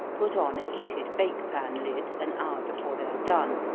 put on a heated bake pan lid, an hour before they are done,